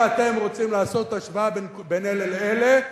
אם אתם רוצים לעשות השוואה בין אלה לאלה,